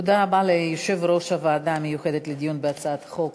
תודה רבה ליושב-ראש הוועדה המיוחדת לדיון בהצעת החוק,